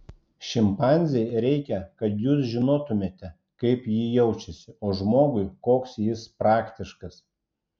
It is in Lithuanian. šimpanzei reikia kad jūs žinotumėte kaip ji jaučiasi o žmogui koks jis praktiškas